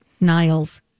Niles